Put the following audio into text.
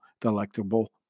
delectable